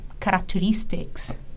characteristics